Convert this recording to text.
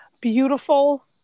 beautiful